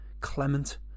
Clement